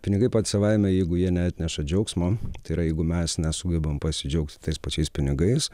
pinigai patys savaime jeigu jie neatneša džiaugsmo tai yra jeigu mes nesugebam pasidžiaugti tais pačiais pinigais